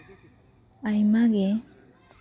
ᱟᱭᱢᱟ ᱜᱮ